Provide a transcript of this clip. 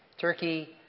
Turkey